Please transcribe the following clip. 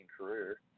career